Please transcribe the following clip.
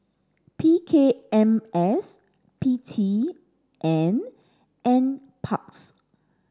P K M S P T and NPARKS